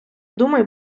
думай